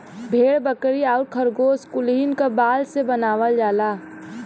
भेड़ बकरी आउर खरगोस कुलहीन क बाल से बनावल जाला